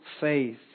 faith